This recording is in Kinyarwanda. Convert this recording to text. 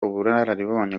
ubunararibonye